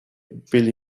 billy